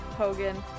hogan